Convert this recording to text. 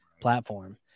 platform